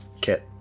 kit